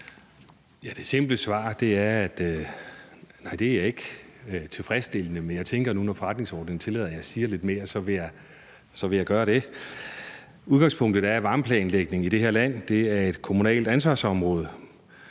Det simple svar er: Nej, det er ikke tilfredsstillende. Men jeg tænker, at når forretningsordenen nu tillader, at jeg siger lidt mere, så vil jeg gøre det. Udgangspunktet er, at varmeplanlægningen i det her land er et kommunalt ansvarsområde,